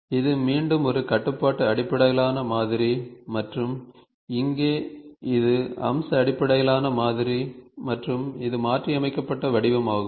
இது மீண்டும் ஒரு கட்டுப்பாட்டு அடிப்படையிலான மாதிரி மற்றும் இங்கே இது அம்ச அடிப்படையிலான மாதிரி மற்றும் இது மாற்றியமைக்கப்பட்ட வடிவமாகும்